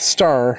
Star